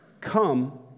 Come